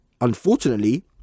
unfortunately